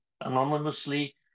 anonymously